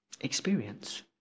experience